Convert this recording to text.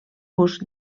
gust